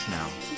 now